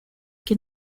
que